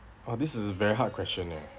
oh this is a very hard question leh